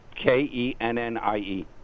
K-E-N-N-I-E